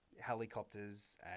helicopters